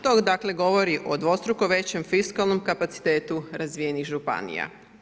To dakle govori o dvostruko većem fiskalnom kapacitetu razvijenih županija.